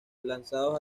lanzados